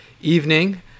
evening